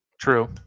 True